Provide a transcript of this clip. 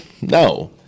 No